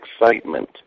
excitement